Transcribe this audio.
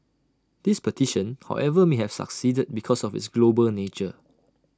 this petition however may have succeeded because of its global nature